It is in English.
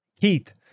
Keith